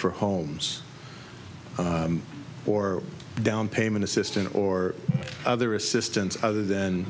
for homes or downpayment assistance or other assistance other than